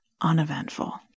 uneventful